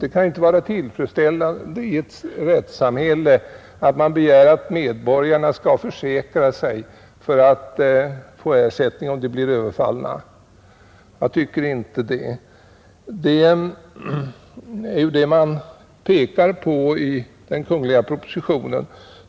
Det kan inte vara tillfredsställande i ett rättssamhälle att man begär att medborgarna skall försäkra sig för att få ersättning om de blir överfallna. Det är ju detta man pekar på i den kungl. propositionen.